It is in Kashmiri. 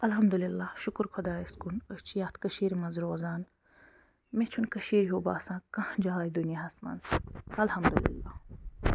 الحمد اللہ شُکُر خۄدایَس کُن أسۍ چھِ یَتھ کٔشیٖرِ منٛز روزان مےٚ چھُنہٕ کٔشیٖرِ ہیُو باسان کانٛہہ جاے دُنیاہَس منٛز الحمدُ اللہ